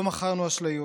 לא מכרנו אשליות,